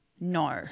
no